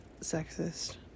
sexist